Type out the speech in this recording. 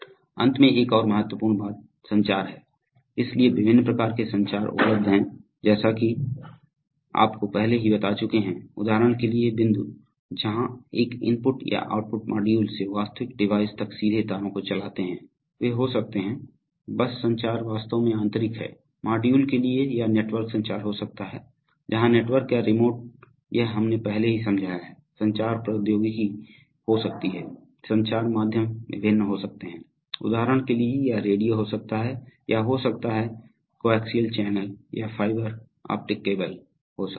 अंत में एक और बहुत महत्वपूर्ण बात संचार है इसलिए विभिन्न प्रकार के संचार उपलब्ध हैं जैसा कि आप को पहले ही बता चुके हैं उदाहरण के लिए बिंदु जहां आप एक इनपुट या आउटपुट मॉड्यूल से वास्तविक डिवाइस तक सीधे तारों को चलाते हैं वे हो सकते हैं बस संचार वास्तव में आंतरिक है मॉड्यूल के लिए या नेटवर्क संचार हो सकता है जहां नेटवर्क या रिमोट यह हमने पहले ही समझाया है संचार प्रौद्योगिकी हो सकती है संचार माध्यम विभिन्न हो सकते हैं उदाहरण के लिए या रेडियो हो सकता है या हो सकता है कोएक्सिअल चैनल या फाइबर ऑप्टिक केबल हो सकता है